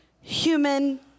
human